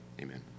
Amen